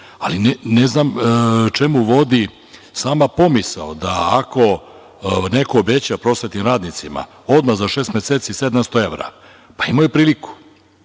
Ali, ne znam čemu vodi sama pomisao da ako neko obeća prosvetnim radnicima odmah za šest meseci 700 evra, pa, imao je priliku.